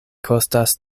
kostas